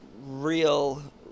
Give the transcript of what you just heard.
real